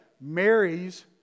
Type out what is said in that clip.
marries